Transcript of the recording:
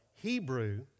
Hebrew